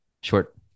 short